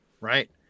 Right